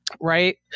right